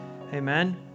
Amen